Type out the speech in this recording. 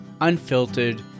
unfiltered